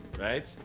right